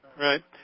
right